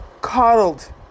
coddled